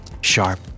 sharp